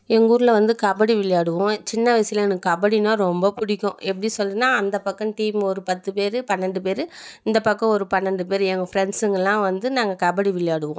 எங்கள் ஊரில் வந்து கபடி விளையாடுவோம் சின்ன வயசில் எனக்கு கபடின்னால் ரொம்ப பிடிக்கும் எப்படி சொல்கிறதுன்னா அந்த பக்கம் டீம் ஒரு பத்து பேர் பன்னெண்டு பேர் இந்த பக்கம் ஒரு பன்னெண்டு பேர் எங்கள் ஃப்ரண்ட்ஸுங்களெல்லாம் வந்து நாங்கள் கபடி விளையாடுவோம்